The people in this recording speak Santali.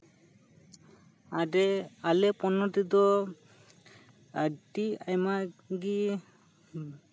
ᱟᱰᱮ ᱟᱞᱮ ᱯᱚᱱᱚᱛ ᱨᱮᱫᱚ ᱟᱹᱰᱤ ᱟᱭᱢᱟ ᱜᱮ